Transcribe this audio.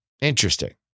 Interesting